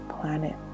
planet